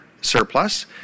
surplus